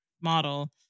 model